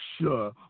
sure